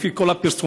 לפי כל הפרסומים,